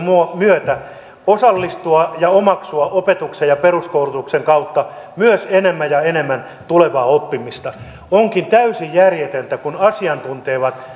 myötä osallistua ja omaksua opetuksen ja peruskoulutuksen kautta myös enemmän ja enemmän tulevaa oppimista onkin täysin järjetöntä kun asiantuntijat